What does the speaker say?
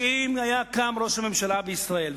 שלו קם ראש ממשלה בישראל,